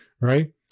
Right